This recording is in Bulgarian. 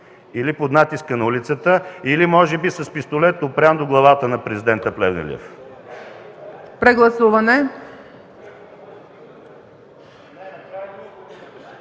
или под натиска на улицата, или може би с пистолет, опрян до главата на президента Плевнелиев? (Шум